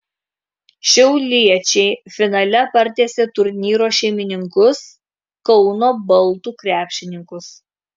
šiauliečiai finale partiesė turnyro šeimininkus kauno baltų krepšininkus